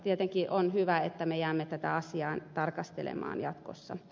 tietenkin on hyvä että me jäämme tätä asiaa tarkastelemaan jatkossa